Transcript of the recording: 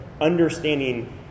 understanding